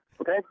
okay